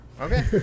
Okay